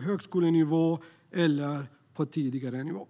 högskolenivå eller på lägre nivå.